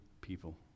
people